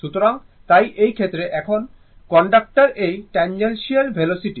সুতরাং তাই এই ক্ষেত্রে এখন v কন্ডাক্টর এর ট্যানজেনশিয়াল ভেলোসিটি